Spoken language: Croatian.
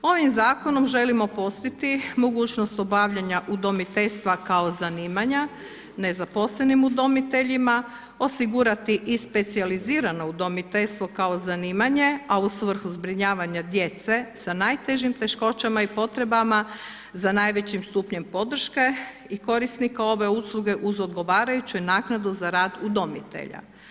Ovim Zakonom želimo postići mogućnost obavljanja udomiteljstva kao zanimanja nezaposlenim udomiteljima, osigurati i specijalizirano udomiteljstvo kao zanimanje, a u svrhu zbrinjavanja djece sa najtežim teškoćama i potrebama za najvećim stupnjem podrške i korisnika ove usluge uz odgovarajuću naknadu za rad udomitelja.